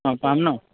নাপাম ন